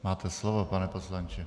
Máte slovo, pane poslanče.